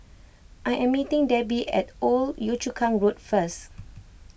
I am meeting Debi at Old Yio Chu Kang Road first